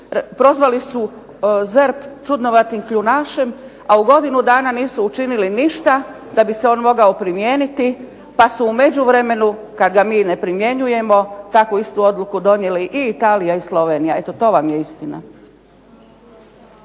prozvali su ZERP čudnovatim kljunašem a u godinu dana nisu učinili ništa da bi se on mogao primijeniti, pa su u međuvremenu kada ga mi ne primjenjujemo takvu istu odluku donijeli i Italija i Slovenija. Eto to vam je istina.